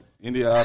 India